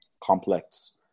complex